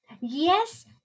Yes